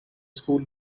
school